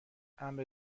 امر